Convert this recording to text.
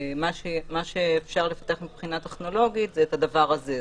ומה שאפשר לפתח מבחינה טכנולוגית זה את הדבר הזה.